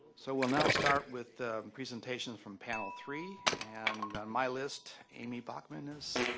so we'll now start with presentations from panel three. and my list ammie bachman is